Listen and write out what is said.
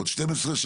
עוד 12 שנים,